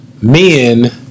men